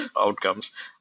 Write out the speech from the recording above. outcomes